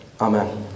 amen